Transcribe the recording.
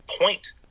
point